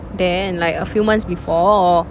then like a few months before